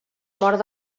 mort